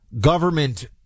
government